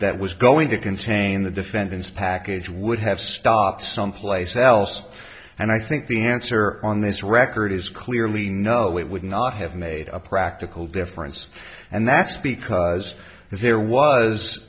that was going to contain the defense package would have stopped someplace else and i think the answer on this record is clearly no it would not have made a practical difference and that's because there was